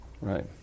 Right